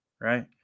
right